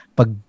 pag